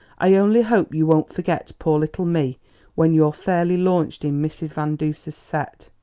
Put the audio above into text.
i only hope you won't forget poor little me when you're fairly launched in mrs. van duser's set.